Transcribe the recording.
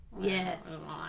Yes